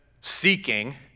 seeking